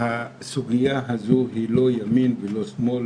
הסוגיה הזו היא לא ימין ולא שמאל,